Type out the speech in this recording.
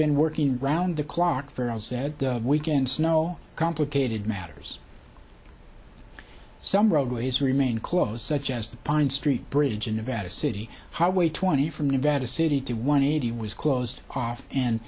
been working round the clock for all said weekend snow complicated matters some roadways remain closed such as the pine street bridge in nevada city highway twenty from nevada city two one eighty was closed off and